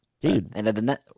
Dude